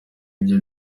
byo